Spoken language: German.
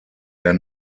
der